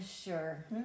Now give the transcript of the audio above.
sure